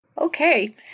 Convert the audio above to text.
Okay